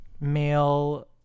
male